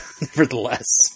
nevertheless